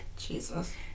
Jesus